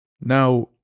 now